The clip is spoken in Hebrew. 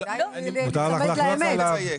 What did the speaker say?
מותר לך לחלוק עליו.